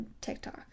tiktok